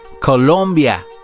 Colombia